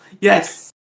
Yes